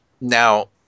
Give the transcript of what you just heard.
Now